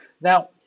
Now